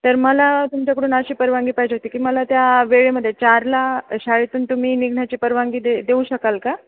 तर मला तुमच्याकडून अशी परवानगी पाहिजे होती की मला त्या वेळेमध्ये चारला शाळेतून तुम्ही निघण्याची परवानगी दे देऊ शकाल का